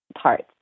parts